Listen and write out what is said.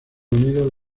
unidos